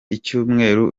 icyumweru